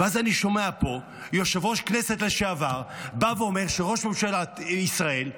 ואז אני שומע פה יושב-ראש כנסת לשעבר בא ואומר שראש ממשלת ישראל,